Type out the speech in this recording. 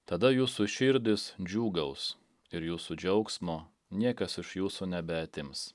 tada jūsų širdis džiūgaus ir jūsų džiaugsmo niekas iš jūsų nebeatims